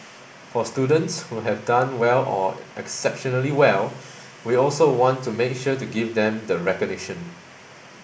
for students who have done well or exceptionally well we also want to make sure to give them the recognition